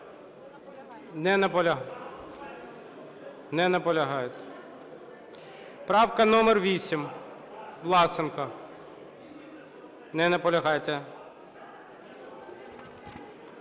не наполягає. Правка номер 8, Власенко. Не наполягає.